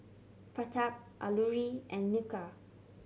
Pratap Alluri and Milkha